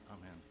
Amen